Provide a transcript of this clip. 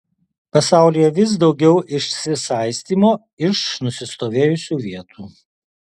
pasaulyje vis daugiau išsisaistymo iš nusistovėjusių vietų